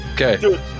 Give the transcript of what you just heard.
okay